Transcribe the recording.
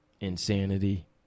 insanity